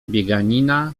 bieganina